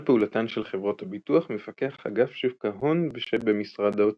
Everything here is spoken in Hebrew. על פעולתן של חברות הביטוח מפקח אגף שוק ההון שבמשרד האוצר.